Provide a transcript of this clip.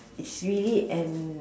it's really an